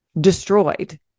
destroyed